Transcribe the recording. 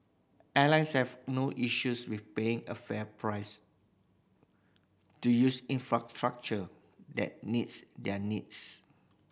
airlines have no issues with paying a fair price to use infrastructure that meets their needs